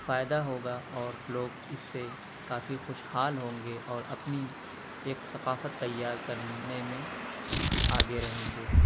فائدہ ہوگا اور لوگ اس سے کافی خوشحال ہوں گے اور اپنی ایک ثقافت تیار کرنے میں آگے رہیں گے